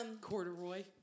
Corduroy